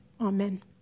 Amen